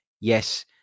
Yes